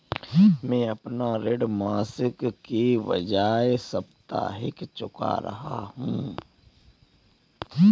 मैं अपना ऋण मासिक के बजाय साप्ताहिक चुका रहा हूँ